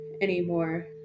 anymore